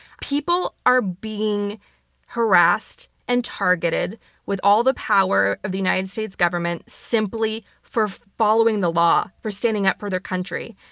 people are being harassed and targeted with all the power of the united states government simply for following the law. for standing up for their country.